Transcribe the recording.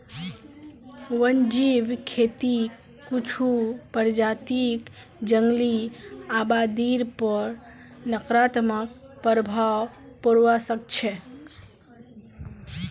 वन्यजीव खेतीक कुछू प्रजातियक जंगली आबादीर पर नकारात्मक प्रभाव पोड़वा स ख छ